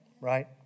right